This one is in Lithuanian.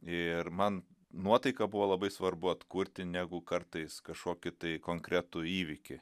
ir man nuotaiką buvo labai svarbu atkurti negu kartais kažkokį tai konkretų įvykį